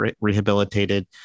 rehabilitated